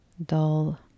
dull